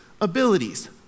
abilities